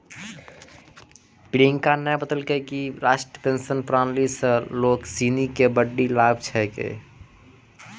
प्रियंका न बतेलकै कि राष्ट्रीय पेंशन प्रणाली स लोग सिनी के बड्डी लाभ छेकै